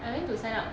I'll need to sign up